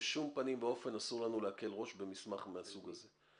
בשום פנים ואופן אסור לנו להקל ראש במסמך מהסוג הזה.